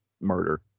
murder